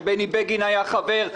כשבני בגין היה חבר,